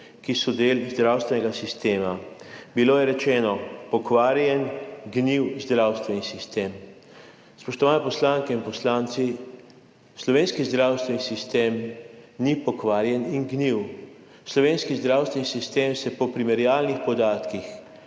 ki so del zdravstvenega sistema. Bilo je rečeno: pokvarjen, gnil zdravstveni sistem. Spoštovane poslanke in poslanci, slovenski zdravstveni sistem ni pokvarjen in gnil. Slovenski zdravstveni sistem se po primerjalnih podatkih